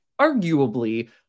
arguably